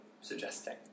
suggesting